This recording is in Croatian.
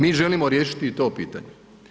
Mi želimo riješiti i to pitanje.